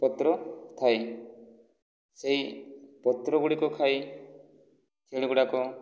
ପତ୍ର ଥାଏ ସେହି ପତ୍ର ଗୁଡ଼ିକ ଖାଇ ଛେଳି ଗୁଡ଼ାକ